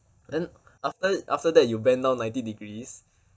then after after that you bend down ninety degrees